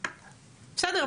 בסדר,